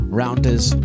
rounders